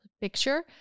picture